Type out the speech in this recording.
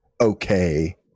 okay